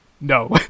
No